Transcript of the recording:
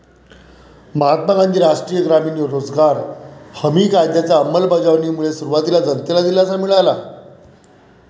महात्मा गांधी राष्ट्रीय ग्रामीण रोजगार हमी कायद्याच्या अंमलबजावणीमुळे सुरुवातीला जनतेला दिलासा मिळाला